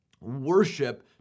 worship